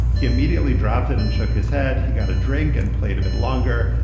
he immediately dropped it and shook his head. he got a drink and played a bit longer.